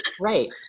Right